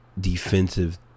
defensive